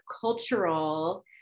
cultural